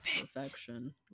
perfection